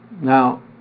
Now